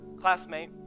classmate